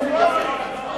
תצביע.